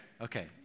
Okay